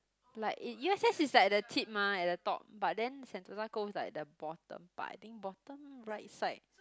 like it u_s_s is like the tip mah at the top but then Sentosa Cove like the bottom part I think bottom right side